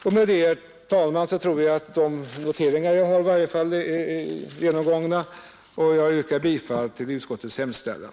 Med det anförda, herr talman, tror jag att de noteringar som jag har gjort är genomgångna och jag yrkar bifall till utskottets hemställan.